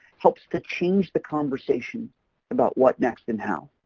helps to change the conversation about what next and how?